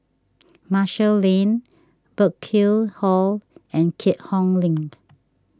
Marshall Lane Burkill Hall and Keat Hong Link